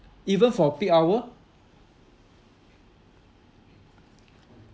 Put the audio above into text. even for peak hour